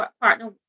partner